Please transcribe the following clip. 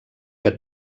que